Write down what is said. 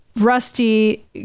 Rusty